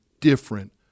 different